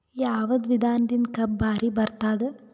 ಯಾವದ ವಿಧಾನದಿಂದ ಕಬ್ಬು ಭಾರಿ ಬರತ್ತಾದ?